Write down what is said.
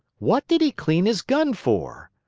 what did he clean his gun for?